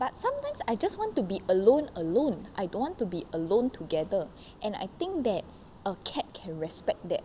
but sometimes I just want to be alone alone I don't want to be alone together and I think that a cat can respect that